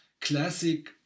classic